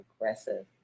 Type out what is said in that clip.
aggressive